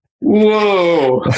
whoa